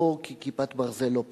לא כי "כיפת ברזל" לא פעלה.